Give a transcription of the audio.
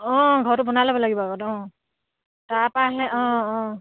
অঁ ঘৰটো বনাই ল'ব লাগিব আগত অঁ তাৰপা হ'লে অঁ অঁ